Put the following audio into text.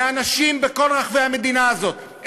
מאנשים בכל רחבי המדינה הזאת,